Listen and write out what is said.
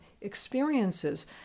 experiences